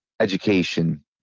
education